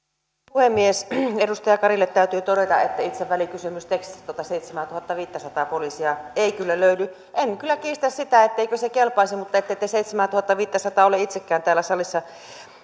puhemies edustaja karille täytyy todeta että itse välikysymystekstistä tuota seitsemäätuhattaviittäsataa poliisia ei kyllä löydy en kyllä kiistä sitä etteikö se kelpaisi mutta ette te seitsemäätuhattaviittäsataa ole itsekään täällä salissa